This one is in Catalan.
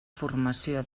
formació